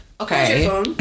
Okay